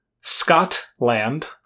Scotland